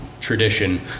tradition